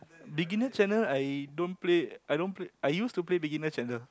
beginner channel I don't Play I don't Play I used to play beginner channel